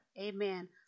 Amen